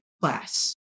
class